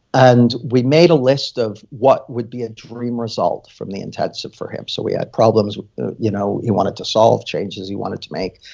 and we made a list of what would be a dream result from the intensive for him. so we had problems you know he wanted to solve changes he wanted to make,